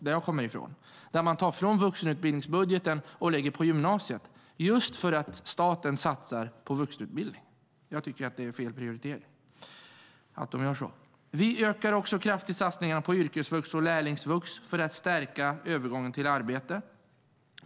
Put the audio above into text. Där tar man pengar från vuxenutbildningsbudgeten och lägger på gymnasiet just för att staten satsar på vuxenutbildning. Det tycker jag är fel prioritering. Vi ökar satsningarna på yrkesvux och lärlingsvux kraftigt för att stärka övergången till arbete.